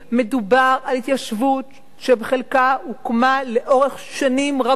מדובר על התיישבות שחלקה הוקמה לאורך שנים רבות,